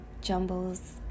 jumbles